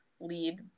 lead